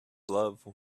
love